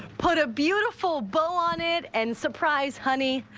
put a beautiful bow on it and surprise, honey,